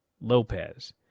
Lopez